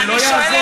זה לא יעזור.